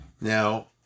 Now